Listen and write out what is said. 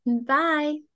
Bye